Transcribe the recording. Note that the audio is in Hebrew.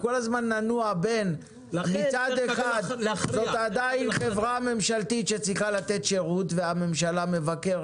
זאת עדיין חברה ממשלתית שהממשלה מבקרת